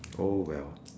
oh well